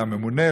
לממונה,